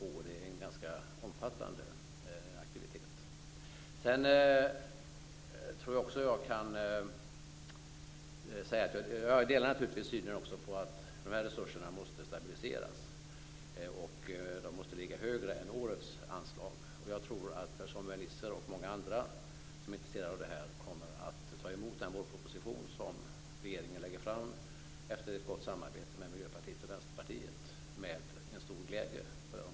Det pågår en omfattande aktivitet på det här viktiga området. Jag delar naturligtvis synen på att dessa resurser måste stabiliseras. De måste ligga högre än årets anslag. Jag tror att Per-Samuel Nisser och andra som är intresserade av denna fråga kommer att med stor glädje ta emot den vårproposition som regeringen, efter ett gott samarbete med Miljöpartiet och Vänsterpartiet, skall lägga fram.